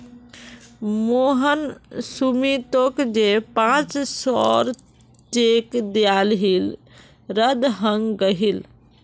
मोहन सुमीतोक जे पांच सौर चेक दियाहिल रद्द हंग गहील